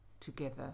together